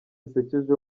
zisekeje